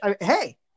hey